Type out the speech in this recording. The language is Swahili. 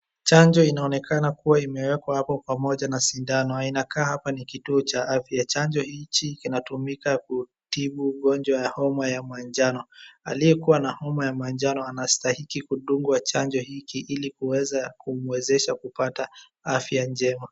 Chanjo inaonekana kuwa imewekwa hapo pamoja na sindano, na inakaa hapa ni kituo cha afya. Chanjo hichi kinatumika kutibu ugonjwa ya homa ya manjano. Aliyekuwa na homa ya manjano anastahiki kudungwa chanjo hiki ili kuweza kumwezesha kupata afya njema.